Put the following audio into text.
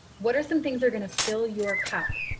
what are some things they're going to fill your cup?